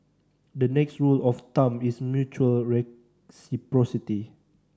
the next rule of thumb is mutual reciprocity